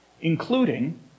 including